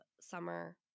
summer